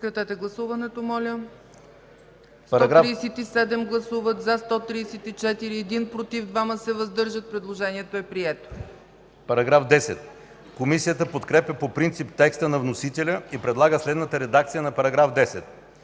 оттеглено. Комисията подкрепя по принцип текста на вносителя и предлага следната редакция на § 24: „§ 24.